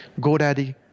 GoDaddy